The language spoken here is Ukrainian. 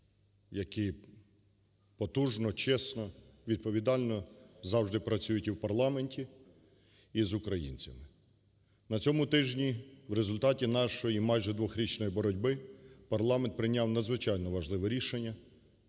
які потужно, чесно, відповідально завжди працюють у парламенті і з українцями. На цьому тижні в результаті нашої майже двохрічної боротьби дворічної парламент прийняв надзвичайно важливе рішення